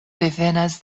devenas